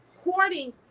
Courting